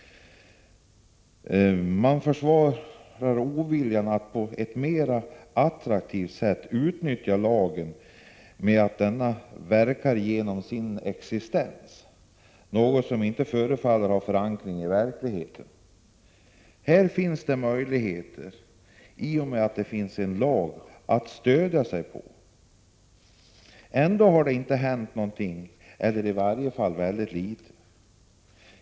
Man försvarar oviljan att på ett mera effektivt sätt utnyttja lagen med att denna verkar genom sin existens, något som inte förefaller ha förankring i verkligheten. Här finns det möjligheter, i och med att man har en lag att stödja sig på. Ändå har det egentligen inte hänt någonting alls—i varje fall har det hänt väldigt litet.